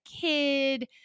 kid